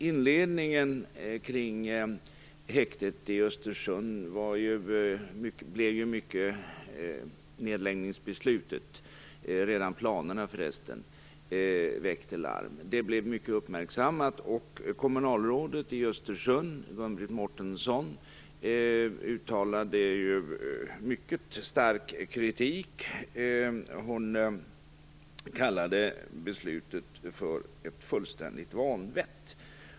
Inledningen kring häktet i Östersund och beslutet om en nedläggning, ja, redan de planerna, väckte larm. Det hela blev mycket uppmärksammat. Kommunalrådet i Östersund, Gun-Britt Mårtensson, uttalade mycket stark kritik. Hon kallade beslutet för fullständigt vanvett.